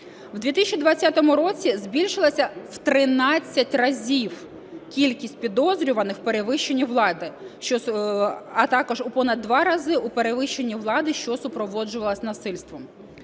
В 2020 році збільшилася в 13 разів кількість підозрюваних у перевищень влади, а також понад 2 рази у перевищенні влади, що супроводжувалось насильством.